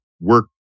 work